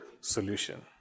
solution